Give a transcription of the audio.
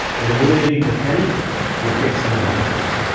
and eliminating the penny will fix none of that.